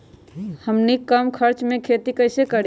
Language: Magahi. हमनी कम खर्च मे खेती कई से करी?